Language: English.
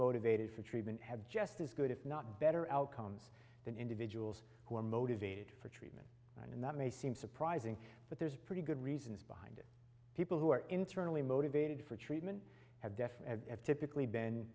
motivated for treatment have just as good if not better outcomes than individuals who are motivated for treat and that may seem surprising but there's pretty good reasons behind it people who are internally motivated for treatment have def f typically been